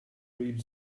read